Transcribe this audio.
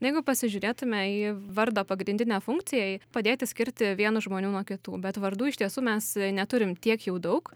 jeigu pasižiūrėtume į vardo pagrindinę funkciją padėti skirti vienus žmonių nuo kitų bet vardų iš tiesų mes neturim tiek jau daug